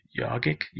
yogic